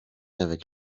avec